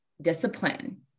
discipline